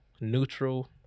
Neutral